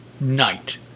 night